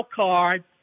card